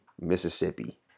Mississippi